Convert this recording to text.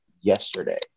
yesterday